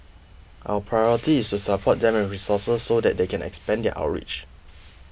our priority is to support them with resources so that they can expand their outreach